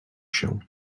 się